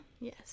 Yes